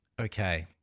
Okay